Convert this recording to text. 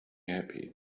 happy